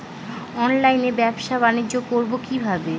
অনলাইনে ব্যবসা বানিজ্য করব কিভাবে?